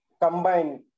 combined